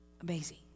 Amazing